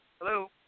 Hello